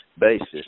Basis